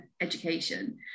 education